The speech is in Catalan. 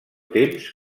temps